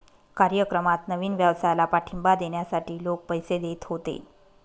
कार्यक्रमात नवीन व्यवसायाला पाठिंबा देण्यासाठी लोक पैसे देत होते